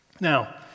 Now